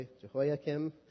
Jehoiakim